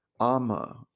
ama